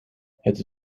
het